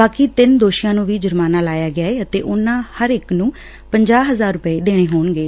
ਬਾਕੀ ਤਿੰਨ ਦੋਸ਼ੀਆਂ ਨੂੰ ਵੀ ਜੁਰਮਾਨਾ ਲਾਇਆ ਗਿਆ ਏ ਅਤੇ ਉਨੂਾਂ ਹਰ ਇਕ ਨੂੰ ਪੰਜਾਹ ਹਜ਼ਾਰ ਰੁਪੈ ਦੇਣੇ ਹੋਣਗੇ